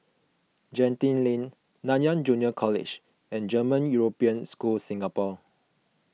Genting Lane Nanyang Junior College and German European School Singapore